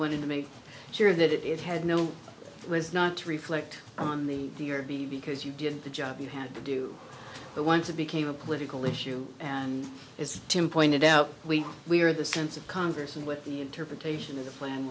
wanted to make sure that it had no was not to reflect on the d or b because you did the job you had to do but once it became a political issue and it's jim pointed out we were the sense of congress and with the interpretation of the plan